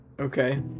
okay